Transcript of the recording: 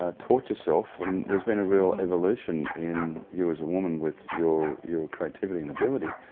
ah taught your self and there's been a real evolution in you as a woman with your, your creativity and ability.